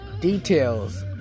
details